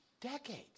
decades